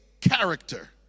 Character